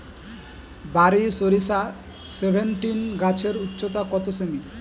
বারি সরিষা সেভেনটিন গাছের উচ্চতা কত সেমি?